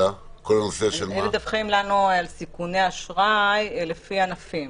הם מדווחים לנו על סיכוני אשראי לפי ענפים.